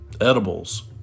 Edibles